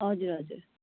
हजुर हजुर